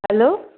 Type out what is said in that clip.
hello